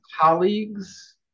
colleagues